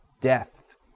Death